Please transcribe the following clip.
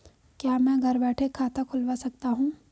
क्या मैं घर बैठे खाता खुलवा सकता हूँ?